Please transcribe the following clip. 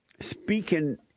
speaking